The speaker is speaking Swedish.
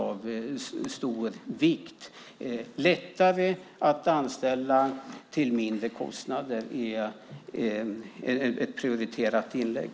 Att göra det lättare att anställa till mindre kostnader är ett prioriterat inlägg.